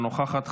אינה נוכחת,